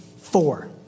four